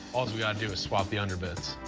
all's we gotta do is swap the underbits.